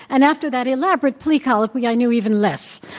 and after that elaborate plea colloquy, i knew even less.